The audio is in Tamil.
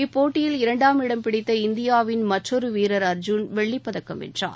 இப்போட்டியில் இரண்டாம் இடம் பிடித்த இந்தியாவின் மற்றொரு வீரர் அர்ஜூன் வெள்ளிப்பதக்கம் வென்றார்